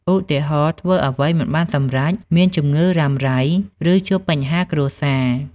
ឧទាហរណ៍ ធ្វើអ្វីមិនបានសម្រេច មានជំងឺរ៉ាំរ៉ៃ ឬជួបបញ្ហាគ្រួសារ។